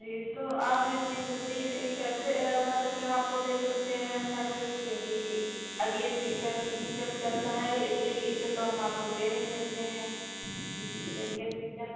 जी तो आप इतनी जल्दी ई कैसे मतलब कि हम आपको दे सकते हैं सर्टिफ़िकेट क्योंकि अब ये सीज़न जब चल रहा है इसके बीच से तो हम आपको दे नहीं सकते हैं क्योंकि जब ये सीजन